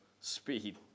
speed